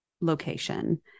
location